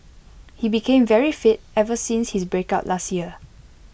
he became very fit ever since his breakup last year